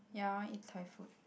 ya i want eat thai food